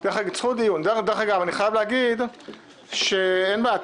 אני חייב להגיד שאין בעיה,